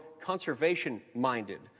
conservation-minded